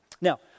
Now